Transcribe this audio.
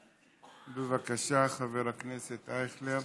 בבקשה, חבר הכנסת אייכלר.